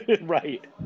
Right